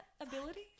ability